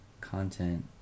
content